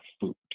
food